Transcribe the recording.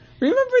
Remember